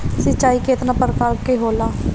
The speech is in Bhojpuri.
सिंचाई केतना प्रकार के होला?